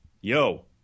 Yo